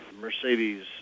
Mercedes